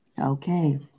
Okay